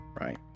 right